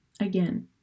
again